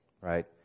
right